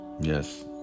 Yes